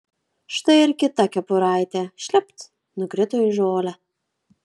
štai ir kita kepuraitė šlept nukrito į žolę